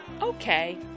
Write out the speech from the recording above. okay